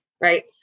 right